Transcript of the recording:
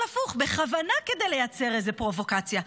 הפוך בכוונה כדי לייצר איזו פרובוקציה.